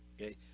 okay